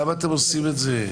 למה אתם עושים את זה?